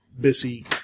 busy